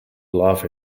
laugh